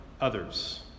others